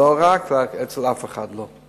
לא רק, אלא אצל אף אחד לא.